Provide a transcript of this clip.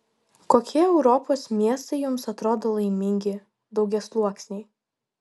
kokie europos miestai jums atrodo laimingi daugiasluoksniai